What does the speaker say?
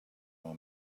are